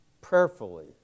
prayerfully